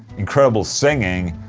incredible singing.